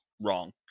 wrong